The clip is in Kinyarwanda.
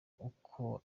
uko